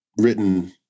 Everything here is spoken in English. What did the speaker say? written